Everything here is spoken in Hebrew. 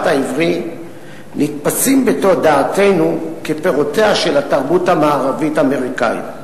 העברי נתפסים בתודעתנו כפירותיה של התרבות המערבית האמריקנית.